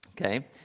okay